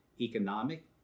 economic